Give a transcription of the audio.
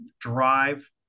drive